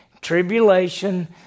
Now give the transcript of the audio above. tribulation